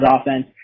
offense